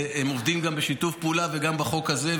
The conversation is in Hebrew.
והם עובדים בשיתוף פעולה גם בחוק הזה,